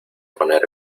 poner